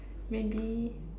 maybe